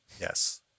Yes